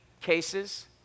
cases